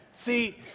See